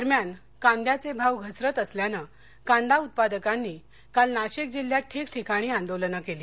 दरम्यान कांदयाचे भाव घसरत असल्यानं कांदा उत्पादकांनी काल नाशिक जिल्ह्यात ठिकठिकाणी आंदोलनं केली